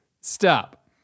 stop